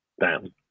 down